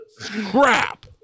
crap